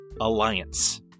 alliance